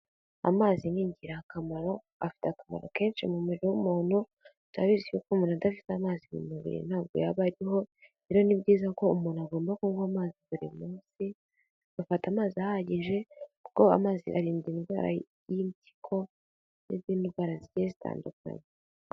Amazi ni ingirakamaro, afite akamaro kenshi mu mubiri w'umuntu, turabizi y'uko umuntu adafite amazi mu mubiri ntabwo yaba ariho, ubwo rero ni byiza ko umuntu agomba kunywa amazi buri munsi, agafata amazi ahagije, kuko amazi arinda indwara y'impyiko, n'iz'indwara zigiye zitandukanye.